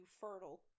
fertile